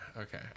Okay